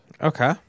Okay